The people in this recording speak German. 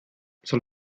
soll